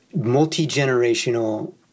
multi-generational